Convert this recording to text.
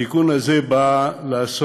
התיקון הזה בא לעשות